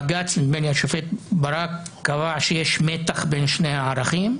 בג"ץ נדמה לי השופט ברק קבע שיש מתח בין הערכים.